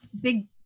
Big